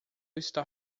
está